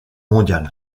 mondiale